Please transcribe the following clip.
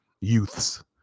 youths